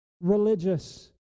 religious